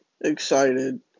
excited